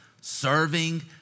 serving